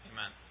Amen